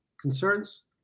concerns